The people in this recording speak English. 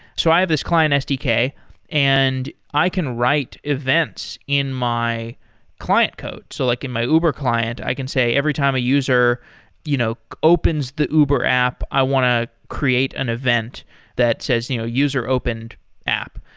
so i have this client sdk and i can write events in my client code. so like in my uber client, i can say every time a user you know opens the uber app, i want to create an event that says you know user opened app.